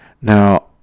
now